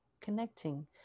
connecting